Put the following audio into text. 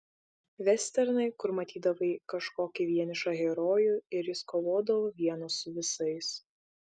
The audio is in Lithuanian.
vesternai kur matydavai kažkokį vienišą herojų ir jis kovodavo vienas su visais